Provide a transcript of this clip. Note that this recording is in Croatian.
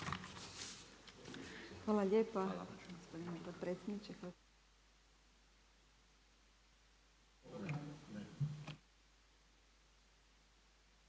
Hvala lijepa